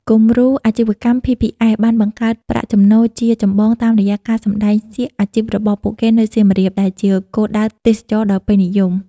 គំរូអាជីវកម្ម ភី ភី អេស បានបង្កើតប្រាក់ចំណូលជាចម្បងតាមរយៈការសម្តែងសៀកអាជីពរបស់ពួកគេនៅសៀមរាប ដែលជាគោលដៅទេសចរណ៍ដ៏ពេញនិយម ។